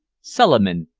suliman,